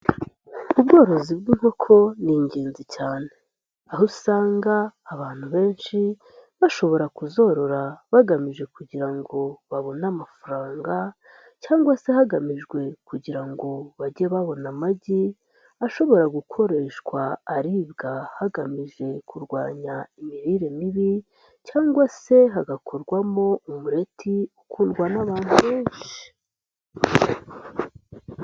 Ubworozi bw'inkoko ni ingenzi cyane aho usanga abantu benshi bashobora kuzorora bagamije kugira ngo babone amafaranga cyangwa se hagamijwe kugira ngo bajye babona amagi ashobora gukoreshwa aribwa hagamijwe kurwanya imirire mibi cyangwa se hagakorwamo umureti ukundwa n'abantu benshi.